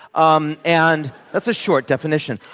um and that's a short definition.